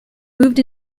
moved